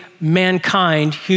mankind